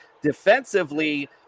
defensively